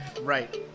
Right